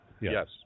Yes